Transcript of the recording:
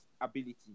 ability